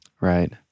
right